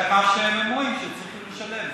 זה מה שהם אומרים שהם צריכים לשלם.